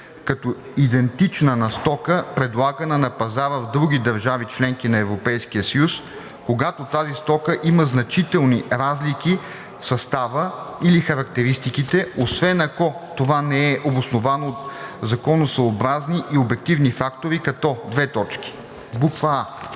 като идентична на стока, предлагана на пазара в други държави – членки на Европейския съюз, когато тази стока има значителни разлики в състава или характеристиките, освен ако това не е обосновано от законосъобразни и обективни фактори, като: а) изискванията